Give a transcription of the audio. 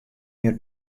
mear